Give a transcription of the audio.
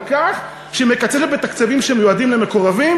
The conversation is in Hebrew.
כך שהיא מקצצת בתקציבים שמיועדים למקורבים?